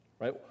right